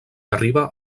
arriba